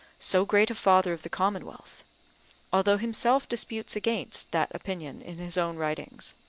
so great a father of the commonwealth although himself disputes against that opinion in his own writings.